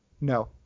No